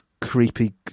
creepy